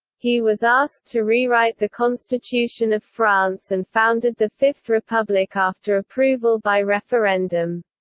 he was asked to rewrite the constitution of france and founded the fifth republic after approval by referendum.